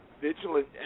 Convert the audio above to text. vigilant